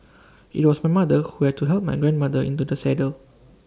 IT was my mother who had to help my grandmother into the saddle